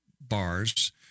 bars